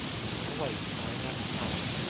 he went away time after time,